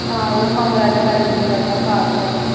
हां उ'यै महाराजा हरि सिंह आह्ला पार्क ऐ ओह्